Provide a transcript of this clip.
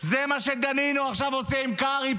זה מה שדנינו עכשיו עושה עם קרעי,